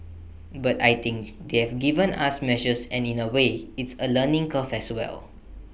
but I think they've given us measures and in A way it's A learning curve as well